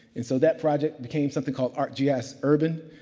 and so, that project became something called arcgis urban.